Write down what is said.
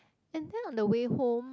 and then on the way home